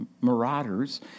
marauders